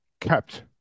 kept